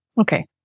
Okay